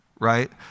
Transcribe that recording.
right